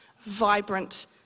vibrant